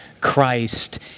Christ